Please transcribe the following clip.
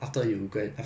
ya so